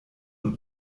und